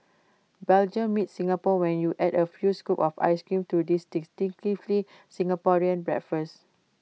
Belgium meets Singapore when you add A few scoops of Ice Cream to this distinctively Singaporean breakfast